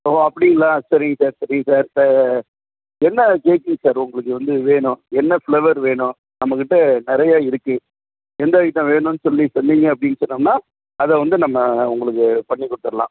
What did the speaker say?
ஓ அப்படிங்களா சரிங்க சார் சரிங்க சார் ஆ ஆ ஆ என்ன கேக்குங்க சார் உங்களுக்கு வந்து வேணும் என்ன ஃப்ளேவர் வேணும் நம்மக்கிட்டே நிறைய இருக்குது எந்த ஐட்டம் வேணும்னு சொல்லி சொன்னீங்க அப்படின்னு சொன்னோம்னால் அதை வந்து நம்ம உங்களுக்கு பண்ணிக் கொடுத்துர்லாம்